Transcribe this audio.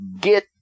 Get